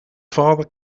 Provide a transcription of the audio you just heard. father